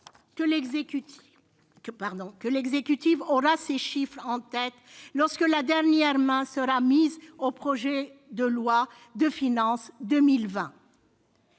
que l'exécutif aura ces chiffres en tête lorsque la dernière main sera mise au projet de loi de finances pour